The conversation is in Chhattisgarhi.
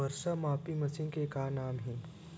वर्षा मापी मशीन के का नाम हे?